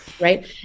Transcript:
right